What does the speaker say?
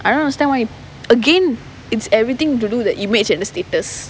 I don't understand why again it's everything to do that you match at the status